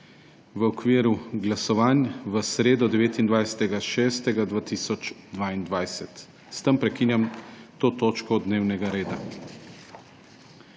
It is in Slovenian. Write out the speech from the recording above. v okviru glasovanj v sredo, 29. 6. 2022. S tem prekinjam to točko dnevnega reda.